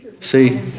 See